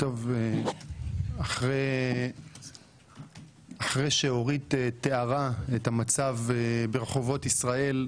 אחרי שאורית תיארה את המצב ברחובות ישראל,